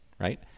right